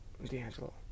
D'Angelo